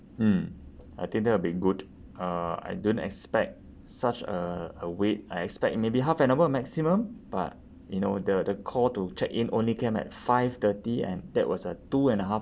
mm I think that'll be good uh I don't expect such a a wait I expect maybe half an hour maximum but you know the the call to check in only came at five thirty and that was a two and a half